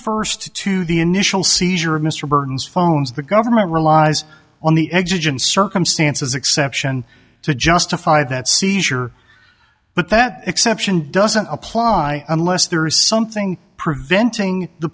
first to the initial seizure of mr burton's phones the government relies on the edge and circumstances exception to justify that seizure but that exception doesn't apply unless there is something preventing the